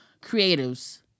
creatives